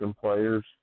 players